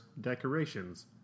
decorations